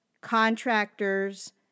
contractors